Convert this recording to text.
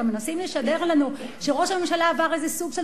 הרי מנסים לשדר לנו שראש הממשלה עבר איזה סוג של